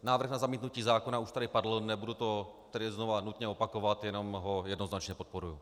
Návrh na zamítnutí zákona už tady padl, nebudu to tady znova nutně opakovat, jenom ho jednoznačně podporuji.